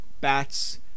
bats